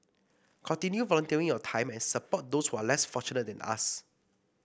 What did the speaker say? continue volunteering your time and support those who are less fortunate than us